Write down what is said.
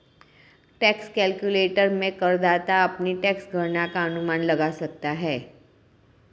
tax calculator में करदाता अपनी टैक्स गणना का अनुमान लगा सकता है